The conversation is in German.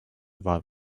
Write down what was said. war